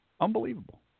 Unbelievable